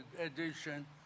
edition